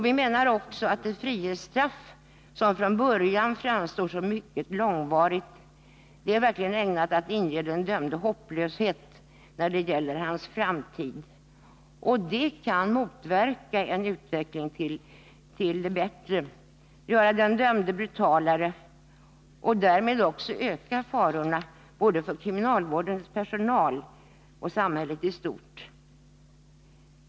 Vi menar också att det frihetsstraff som från början framstår som mycket långvarigt verkligen är ägnat att inge den dömde en känsla av hopplöshet när det gäller hans framtid, och det kan motverka en utveckling till det bättre, göra den dömde brutalare och därmed också öka farorna för både kriminalvårdens personal och samhället i stort.